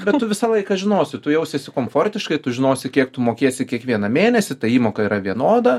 bet tu visą laiką žinosi tu jausiesi komfortiškai tu žinosi kiek tu mokėsi kiekvieną mėnesį tai įmoka yra vienoda